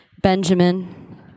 Benjamin